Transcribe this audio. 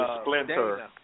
Splinter